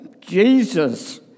Jesus